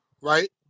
right